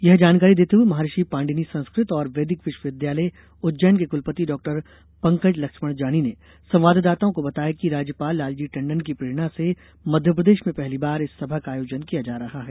यह जानकारी देते हुए महर्षि पाणिनि संस्कृत और वैदिक विश्वविद्यालय उज्जैन के कुलपति डाक्टर पंकज लक्ष्मण जानी ने संवाददाताओं को बताया कि राज्यपाल लालजी टंडन की प्रेरणा से मध्यप्रदेश में पहली बार इस सभा का आयोजन किया जा रहा है